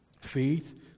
Faith